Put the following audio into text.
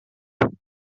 and